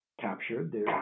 captured